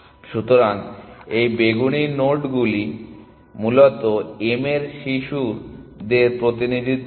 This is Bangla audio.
সুতরাং এই বেগুনি নোডগুলি মূলত m এর শিশুদের প্রতিনিধিত্ব করে